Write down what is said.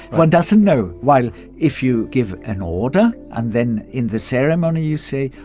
one doesn't know. while if you give an order and then in the ceremony you say,